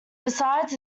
besides